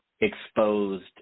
exposed